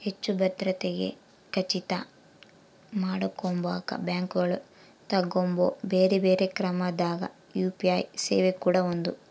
ಹೆಚ್ಚು ಭದ್ರತೆಗೆ ಖಚಿತ ಮಾಡಕೊಂಬಕ ಬ್ಯಾಂಕುಗಳು ತಗಂಬೊ ಬ್ಯೆರೆ ಬ್ಯೆರೆ ಕ್ರಮದಾಗ ಯು.ಪಿ.ಐ ಸೇವೆ ಕೂಡ ಒಂದು